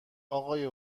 اقای